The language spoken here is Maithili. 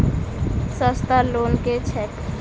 सस्ता लोन केँ छैक